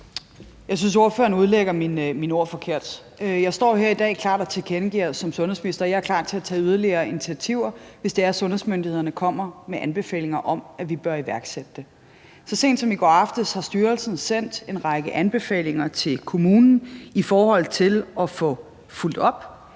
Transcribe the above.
Jeg synes, at ordføreren udlægger mine ord forkert. Jeg står her i dag og tilkendegiver klart som sundhedsminister, at jeg er klar til at tage yderligere initiativer, hvis det er, at sundhedsmyndighederne kommer med anbefalinger om, at vi bør iværksætte dem. Så sent som i går aftes har styrelsen sendt en række anbefalinger til kommunen i forhold til at få fulgt op.